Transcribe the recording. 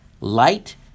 Light